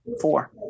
Four